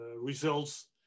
results